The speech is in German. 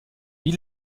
wie